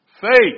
Faith